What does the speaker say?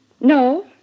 No